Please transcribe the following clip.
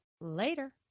Later